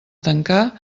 tancar